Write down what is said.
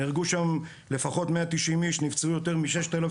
נהרגו שם לפחות 190 איש, נפצעו יותר מ-6000,